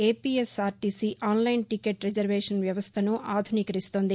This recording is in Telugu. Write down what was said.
APS RTC online ticket reservation వ్యవస్టను ఆధునీకరిస్తోంది